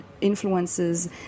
influences